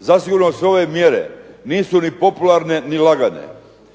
Zasigurno su ovdje mjere nisu ni popularne ni lagane.